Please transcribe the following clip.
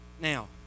now